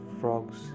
frogs